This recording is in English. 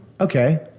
Okay